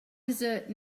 desert